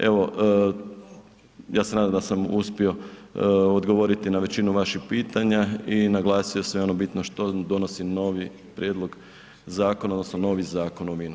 Evo, ja se nadam da sam uspio odgovoriti na većinu vaših pitanja i naglasio sve ono bitno što donosi novi prijedlog zakona odnosno novi Zakon o vinu.